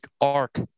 arc